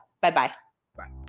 Bye-bye